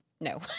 No